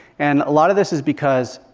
and a lot of this is because,